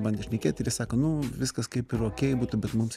bandė šnekėt ir jis sako nu viskas kaip ir okei būtų bet mums